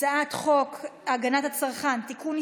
הצעת חוק הגנת הצרכן (תיקון,